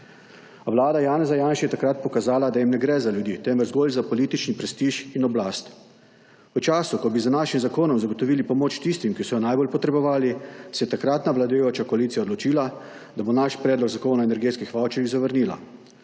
vlada Janeza Janše je takrat pokazala, da jim ne gre za ljudi temveč zgolj za politični prestiž in oblast. V času, ko bi z našim zakonom zagotovili pomoč tistimi, ki so jo najbolj potrebovali se je takratna vladajoča koalicija odločila, da bo naš Predlog Zakona o energetskih vavčerjih zavrnila,